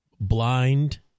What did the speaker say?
blind